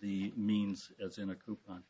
the means as in a coupon